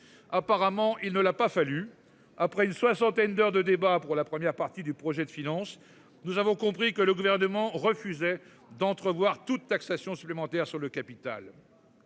apparemment il ne l'a pas fallu après une soixantaine d'heures de débat pour la première partie du projet de finance. Nous avons compris que le gouvernement refusait d'entrevoir toute taxation supplémentaire sur le capital.--